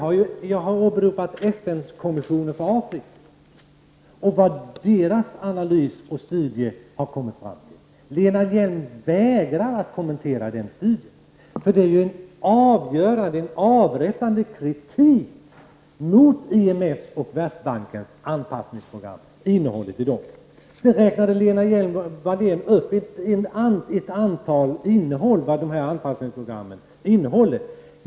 Jag har åberopat FN-kommissionen för Afrika och vad dess analyser och studier har kommit fram till. Lena Hjelm-Wallén vägrar att kommentera den studien. Den riktar avgörande kritik mot innehållet i IMF:s och Världsbankens anpassningsprogram. Lena Hjelm-Wallén räknade upp en del av vad dessa anpassningsprogram innehåller.